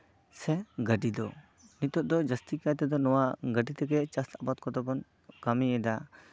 ᱥᱮ ᱜᱟᱹᱰᱤ ᱫᱚ ᱱᱤᱛᱚᱜ ᱫᱚ ᱡᱟᱹᱥᱛᱤ ᱠᱟᱭ ᱛᱮᱫᱚ ᱱᱚᱣᱟ ᱜᱟᱹᱰᱤ ᱛᱮᱜᱮ ᱪᱟᱥ ᱟᱵᱟᱫ ᱠᱚᱫᱚ ᱵᱚᱱ ᱠᱟᱢᱤᱭᱮᱫᱟ